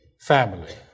family